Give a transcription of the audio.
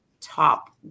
top